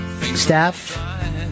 Staff